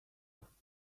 staff